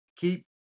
keep